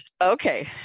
Okay